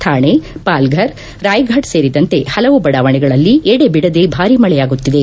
ಥಾಣೆ ಪಾಲ್ರರ್ ರಾಯ್ಫ಼ಡ್ ಸೇರಿದಂತೆ ಪಲವು ಬಡಾವಣೆಗಳಲ್ಲಿ ಎಡಬಿಡದೆ ಭಾರೀ ಮಳೆಯಾಗುತ್ತಿದೆ